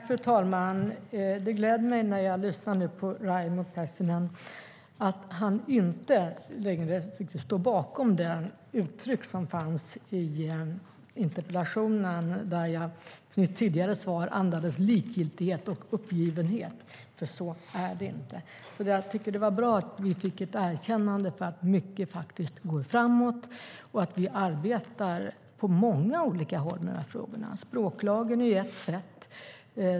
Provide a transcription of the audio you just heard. Fru talman! Det gläder mig att Raimo Pärssinen inte längre står bakom det uttryck som han använde i interpellationen, att mitt tidigare svar andades likgiltighet och uppgivenhet. Så är det inte. Det var bra att vi fick ett erkännande för att mycket går framåt och att vi arbetar på många olika håll med de här frågorna. Språklagen är ett sätt.